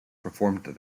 performed